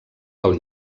pel